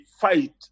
fight